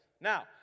Now